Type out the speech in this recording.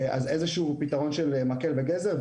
אז איזשהו פתרון של מקל וגזר.